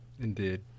Indeed